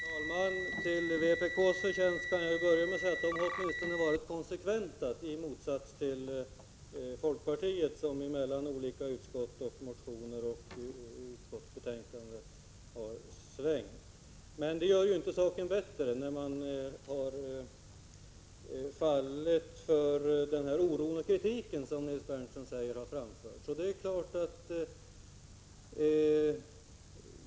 Herr talman! Jag kan börja med att säga att det länder vpk till förtjänst att man åtminstone varit konsekvent — i motsats till folkpartiet, som i olika utskott, olika motioner och olika utskottsbetänkanden har svängt. Men det gör ändå inte saken bättre, när vpk har fallit undan för den oro och den kritik som Nils Berndtson talar om.